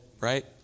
right